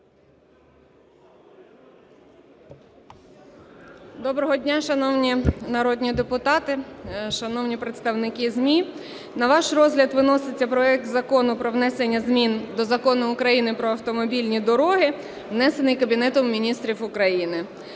Доброго дня, шановні народні депутати, шановні представники ЗМІ! На ваш розгляд виноситься проект Закону про внесення змін до Закону України "Про автомобільні дороги", внесений Кабінетом Міністрів України.